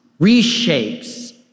reshapes